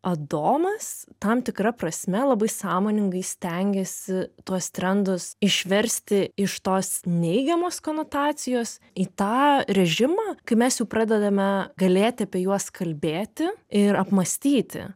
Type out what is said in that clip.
adomas tam tikra prasme labai sąmoningai stengėsi tuos trendus išversti iš tos neigiamos konotacijos į tą režimą kai mes jau pradedame galėti apie juos kalbėti ir apmąstyti